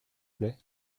plait